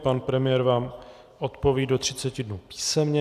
Pan premiér vám odpoví do 30 dnů písemně.